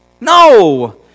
No